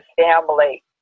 family